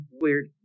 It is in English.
Weird